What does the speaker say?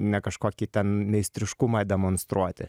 ne kažkokį ten meistriškumą demonstruoti